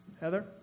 Heather